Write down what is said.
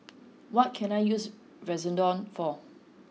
what can I use Redoxon for